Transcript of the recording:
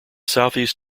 southeast